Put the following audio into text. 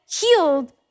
healed